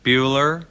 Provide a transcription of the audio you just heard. Bueller